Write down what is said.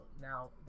Now